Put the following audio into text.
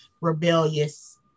rebellious